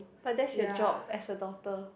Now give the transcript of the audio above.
but that's your job as a doctor